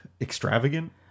extravagant